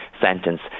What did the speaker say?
sentence